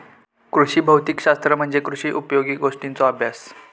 कृषी भौतिक शास्त्र म्हणजे कृषी उपयोगी गोष्टींचों अभ्यास